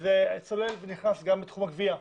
וזה נכנס גם לתחום הגבייה.